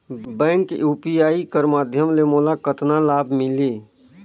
Bank UPI कर माध्यम ले मोला कतना लाभ मिली?